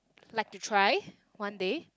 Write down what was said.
like to try one day